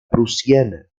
prusiana